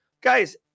guys